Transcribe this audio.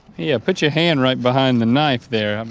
yeah, put your hand right behind the knife there.